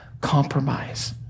compromise